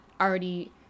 already